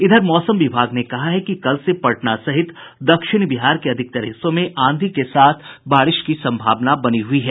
इधर मौसम विभाग ने कहा है कि कल से पटना सहित दक्षिण बिहार के अधिकतर हिस्सों में आंधी के साथ बारिश की संभावना है